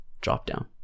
drop-down